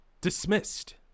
Dismissed